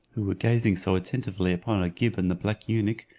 who were gazing so attentively upon agib and the black eunuch,